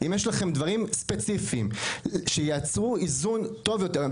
ואם יש לכם דברים ספציפיים שייצרו איזון טוב יותר,